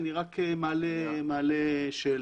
אני רק מעלה שאלה.